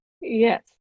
Yes